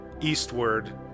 eastward